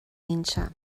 mbinse